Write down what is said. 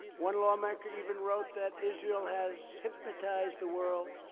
one lawmaker even wrote that israel has hypnotized the world,